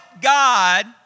God